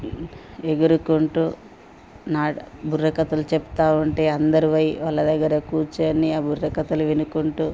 ఎగురుకుంటూ నాట్య బుర్ర కథలు చెప్తూ ఉంటే అందరి పోయి వాళ్ళ దగ్గర కూర్చొని ఆ బుర్ర కథలు వినుకుంటూ